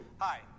Hi